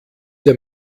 der